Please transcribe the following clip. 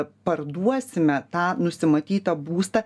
parduosime tą nusimatytą būstą